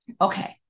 okay